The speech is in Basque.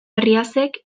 arriasek